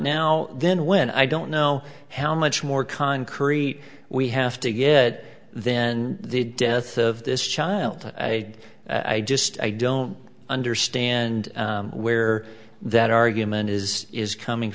now then when i don't know how much more concrete we have to get then the death of this child i just i don't understand where that argument is is coming